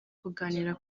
kuganira